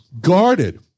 guarded